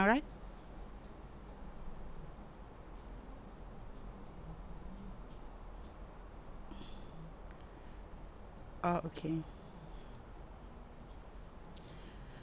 uh okay